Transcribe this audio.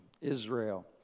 Israel